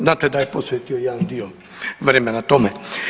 Znate da je posvetio jedan dio vremena tome.